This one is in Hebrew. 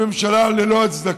הממשלה ללא הצדקה,